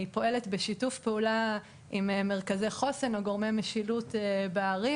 היא פועלת בשיתוף פעולה עם מרכזי חוסן או גורמי משילות בערים,